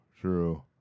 true